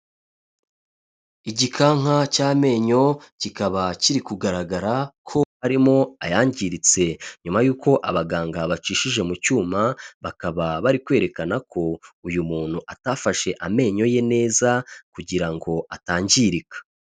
Igikanka cy'amenyo kikaba kiri kugaragara ko harimo ayangiritse, nyuma y'uko abaganga bacishije mu cyuma, bakaba bari kwerekana ko uyu muntu atafashe amenyo ye neza kugira ngo atangirika.